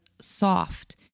soft